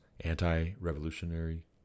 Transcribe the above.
anti-revolutionary